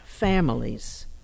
families